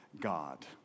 God